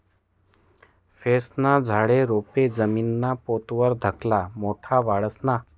फयेस्ना झाडे, रोपे जमीनना पोत वर धाकला मोठा वाढतंस ना?